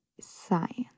science